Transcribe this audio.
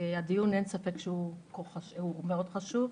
הדיון אין ספק שהוא מאוד חשוב.